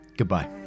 Goodbye